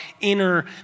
inner